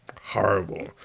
horrible